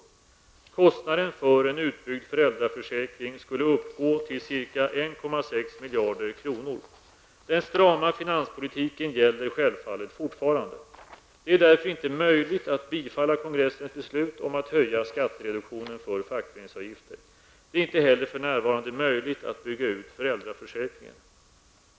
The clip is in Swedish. Kostnaden för en utbyggd föräldraförsäkring skulle uppgå till ca 1,6 miljarder kronor. Den strama finanspolitiken gäller självfallet fortfarande. Det är därför inte möjligt att bifalla kongressens beslut om att höja skattereduktionen för fackföreningsavgifter. Det är inte heller för närvarande möjligt att bygga ut föräldraförsäkringen.